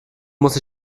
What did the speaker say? muss